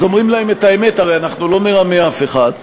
אז אומרים להם את האמת, הרי אנחנו לא נרמה אף אחד,